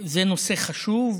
זה נושא חשוב,